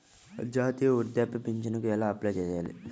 జాతీయ వృద్ధాప్య పింఛనుకి ఎలా అప్లై చేయాలి?